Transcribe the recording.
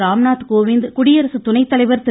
ராம்நாத் கோவிந்த் குடியரசு துணைத்தலைவர் திரு